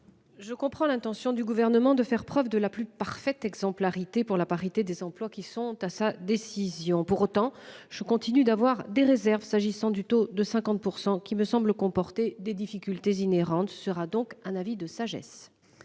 Je comprends l'intention du gouvernement de faire preuve de la plus parfaite exemplarité pour la parité des emplois qui sont à sa décision. Pour autant, je continue d'avoir des réserves, s'agissant du taux de 50% qui me semble comporter des difficultés inhérentes sera donc un avis de sagesse.